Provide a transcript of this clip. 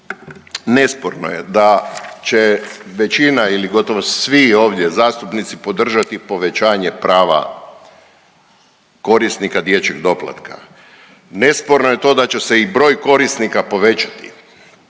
nesporno je da će većina ili gotovo svi ovdje zastupnici podržati povećanje prava korisnika dječjeg doplatka. Nesporno je to da će se i broj korisnika povećati,